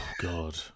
god